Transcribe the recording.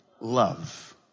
Love